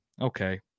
Okay